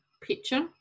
picture